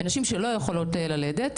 ויש נשים שלא יכולות ללדת.